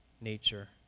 nature